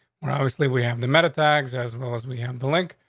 well, obviously we have the meta tags as well as we have the link.